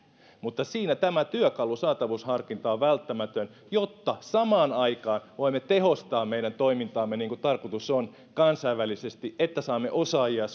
mutta siinä tämä työkalu saatavuusharkinta on välttämätön jotta samaan aikaan voimme tehostaa meidän toimintaamme niin kuin tarkoitus on kansainvälisesti että saamme osaajia